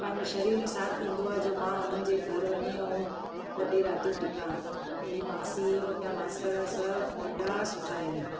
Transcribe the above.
पंहिंजो शरीर ई साथ ॾींदो आहे जो मां हुननि जे घर वञी ऐं ॿ टे रातियूं टिका मुंहिंजी मासी मुंहिंजा मासड़ सब ॾाढा सुठा आहिनि